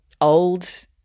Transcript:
old